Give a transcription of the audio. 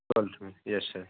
twelfth yes sir